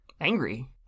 Angry